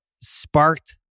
sparked